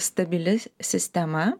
stabili sistema